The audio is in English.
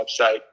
website